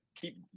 keep